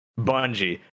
Bungie